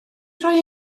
roi